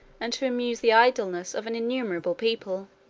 and to amuse the idleness, of an innumerable people.